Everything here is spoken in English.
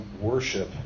worship